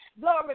Glory